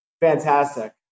fantastic